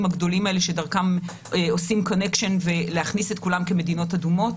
הגדולים האלה שדרכם עושים קונקשן ולהכניס את כולם כמדינות אדומות.